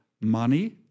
money